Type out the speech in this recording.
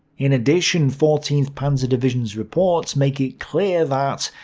in addition, fourteenth panzer division's reports make it clear that,